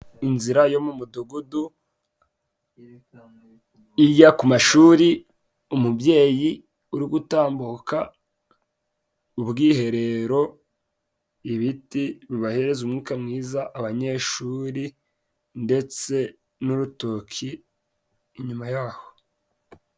Inzira yo mu mudugudu ,ijya ku mashuri umubyeyi uri gutambuka ubwiherero, ibiti bibahereza umwuka mwiza, abanyeshuri ndetse n'urutoki inyuma yaho.